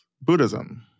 Buddhism